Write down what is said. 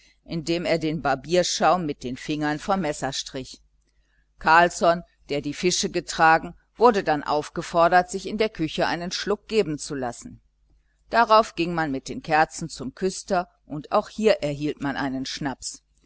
indem er den barbierschaum mit dem finger vom messer strich carlsson der die fische getragen wurde dann aufgefordert sich in der küche einen schluck geben zu lassen darauf ging man mit den kerzen zum küster und auch hier erhielt man einen schnaps